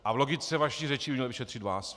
A v logice vaší řeči by měl vyšetřit vás.